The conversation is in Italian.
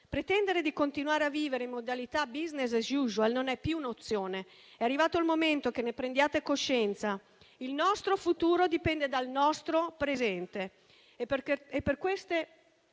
Pretendere di continuare a vivere in modalità *business as usual* non è più un'opzione. È arrivato il momento che ne prendiate coscienza. Il nostro futuro dipende dal nostro presente